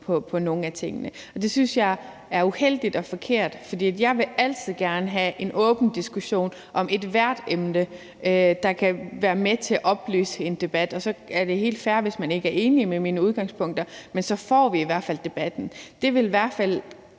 på nogle af tingene. Det synes jeg er uheldigt og forkert, for jeg vil altid gerne have en åben diskussion om ethvert emne, der kan være med til at oplyse en debat. Så er det helt fair, hvis man ikke er helt enig i mine synspunkter, men så får vi i hvert fald debatten. Det tror jeg i hvert fald